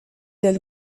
del